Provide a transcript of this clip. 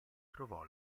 trovò